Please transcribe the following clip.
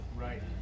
Right